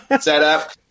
setup